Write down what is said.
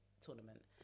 Tournament